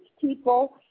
people